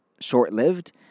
short-lived